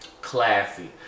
classy